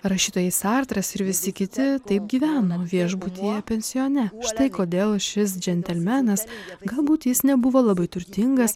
rašytojai sartras ir visi kiti taip gyvenom viešbutyje pensione štai kodėl šis džentelmenas galbūt jis nebuvo labai turtingas